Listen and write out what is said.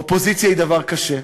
אופוזיציה היא דבר קשה,